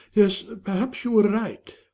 yes, perhaps you were right.